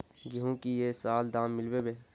गेंहू की ये साल दाम मिलबे बे?